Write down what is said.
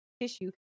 tissue